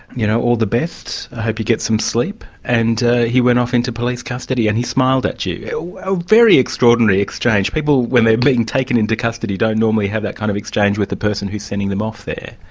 you know all the best i hope you get some sleep, and he went off into police custody, and he smiled at you. a ah very extraordinary exchange people when they're being taken into custody don't normally have that kind of exchange with the person who's sending them off there.